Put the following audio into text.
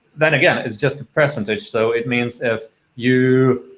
then again, it's just a percentage. so it means if you